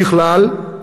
ככלל,